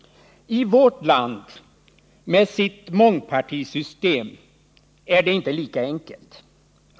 I vårt land med sitt mångpartisystem är det inte lika enkelt.